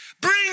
Bring